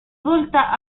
svolta